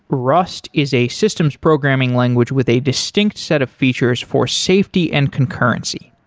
rust is a system's programming language with a distinct set of features for safety and concurrency.